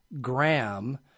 gram